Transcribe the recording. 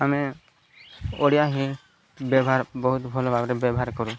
ଆମେ ଓଡ଼ିଆ ହିଁ ବ୍ୟବହାର ବହୁତ ଭଲ ଭାବରେ ବ୍ୟବହାର କରୁ